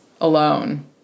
alone